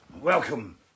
Welcome